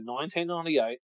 1998